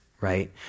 right